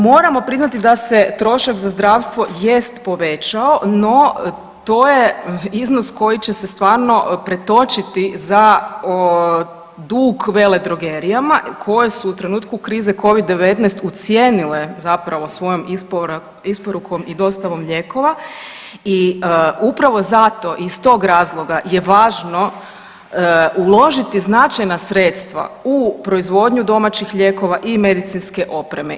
Moramo priznati da se trošak za zdravstvo jest povećao, no to je iznos koji će se stvarno pretočiti za dug veledrogerijama koje su u trenutku krize Covid-19 ucijenile zapravo svojom isporukom i dostavom lijekova i upravo zato i iz tog razloga je važno uložiti značajna sredstva u proizvodnju domaćih lijekova i medicinske opreme.